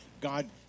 God